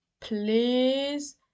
please